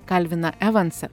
kalviną evansą